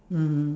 mmhmm